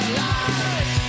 life